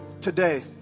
today